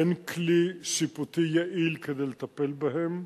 אין כלי שיפוטי יעיל כדי לטפל בהם,